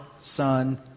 Son